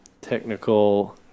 technical